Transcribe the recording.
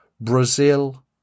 Brazil